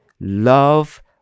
love